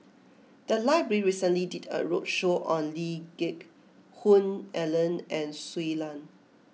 the library recently did a roadshow on Lee Geck Hoon Ellen and Shui Lan